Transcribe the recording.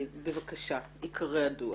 בבקשה, עיקרי הדוח.